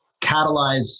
catalyze